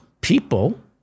people